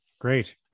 Great